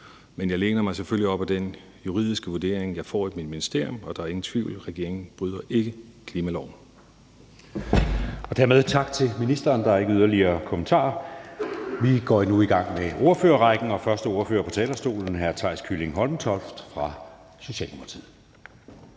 men jeg læner mig selvfølgelig op ad den juridiske vurdering, jeg får i mit ministerium, og der er ingen tvivl: Regeringen bryder ikke klimaloven. Kl. 16:27 Anden næstformand (Jeppe Søe): Dermed tak til ministeren. Der er ikke yderligere kommentarer. Vi går nu i gang med ordførerrækken, og den første ordfører på talerstolen er hr. Theis Kylling Hommeltoft fra Socialdemokratiet.